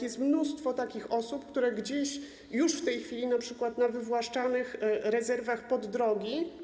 Jest mnóstwo takich osób, które już w tej chwili np. na wywłaszczanych rezerwach pod drogi.